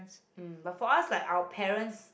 mm but for us like our parents